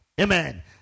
Amen